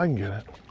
um get it.